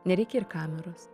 nereikia ir kameros